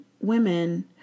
women